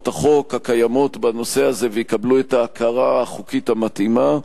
החוק הקיימות בנושא הזה ויקבלו את ההכרה החוקית המתאימה.